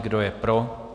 Kdo je pro?